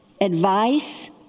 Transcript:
advice